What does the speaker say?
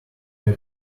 may